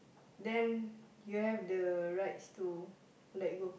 then you have the rights to let go